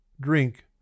Drink